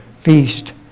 feast